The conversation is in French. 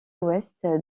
ouest